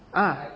ah